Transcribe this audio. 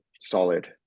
solid